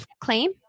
claim